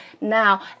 Now